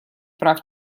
прав